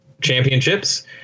championships